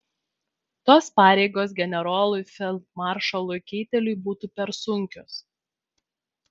tos pareigos generolui feldmaršalui keiteliui būtų per sunkios